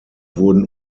wurden